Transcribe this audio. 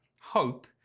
hope